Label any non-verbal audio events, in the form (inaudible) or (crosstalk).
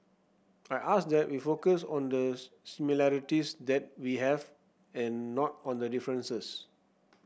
I ask that we focus on the (unintelligible) similarities that we have and not on the differences